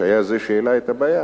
שהיה זה שהעלה את הבעיה,